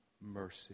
mercy